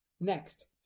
Next